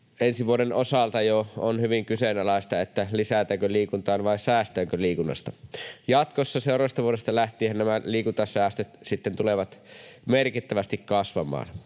ensi vuoden osalta jo on hyvin kyseenalaista, lisätäänkö liikuntaan vai säästetäänkö liikunnasta. Jatkossa seuraavasta vuodesta lähtienhän nämä liikuntasäästöt sitten tulevat merkittävästi kasvamaan.